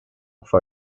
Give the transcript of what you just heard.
for